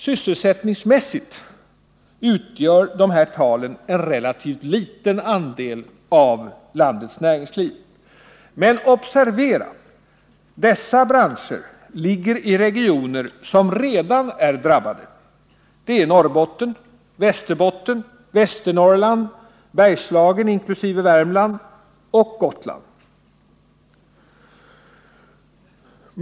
Sysselsättningsmässigt utgör dessa tal en relativt liten andel av landets näringsliv. Men observera — dessa branscher ligger i regioner som redan är drabbade. Det är Norrbotten, Västerbotten, Västernorrland, Bergslagen inkl. Värmland och Gotland.